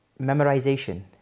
memorization